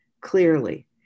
clearly